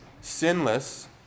sinless